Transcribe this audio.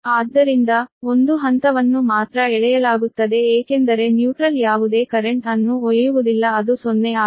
ಆದ್ದರಿಂದ ಒಂದು ಹಂತವನ್ನು ಮಾತ್ರ ಎಳೆಯಲಾಗುತ್ತದೆ ಏಕೆಂದರೆ ನ್ಯೂಟ್ರಲ್ ಯಾವುದೇ ಕರೆಂಟ್ ಅನ್ನು ಒಯ್ಯುವುದಿಲ್ಲ ಅದು 0 ಆಗಿದೆ